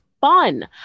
fun